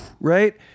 right